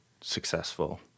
successful